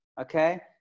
okay